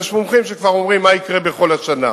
יש מומחים שכבר אומרים מה יקרה כל השנה.